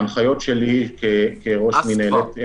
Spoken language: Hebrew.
ההנחיות שלי כראש מינהלת,